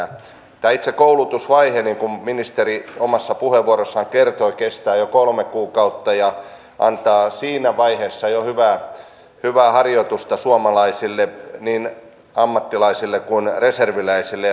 tämä itse koulutusvaihe niin kuin ministeri omassa puheenvuorossaan kertoi kestää jo kolme kuukautta ja antaa jo siinä vaiheessa hyvää harjoitusta suomalaisille niin ammattilaisille kuin reserviläisille